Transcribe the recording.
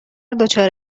دچار